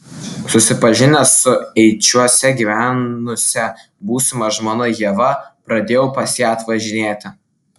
susipažinęs su eičiuose gyvenusia būsima žmona ieva pradėjau pas ją atvažinėti